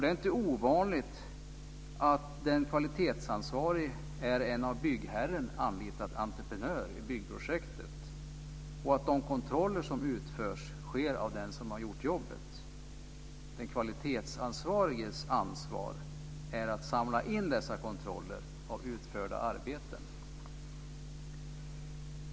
Det är inte ovanligt att den kvalitetsansvarige är en av byggherren anlitad entreprenör i byggprojektet och att de kontroller som utförs sker av den som har gjort jobbet. Den kvalitetsansvariges ansvar är att samla in dessa kontroller av utförda arbeten.